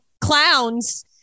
clowns